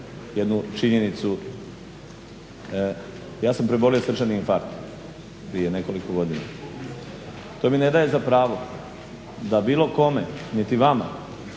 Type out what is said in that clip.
jednu činjenicu. Ja sam prebolio srčani infarkt prije nekoliko godina. To mi ne daje za pravo da bilo kome niti vama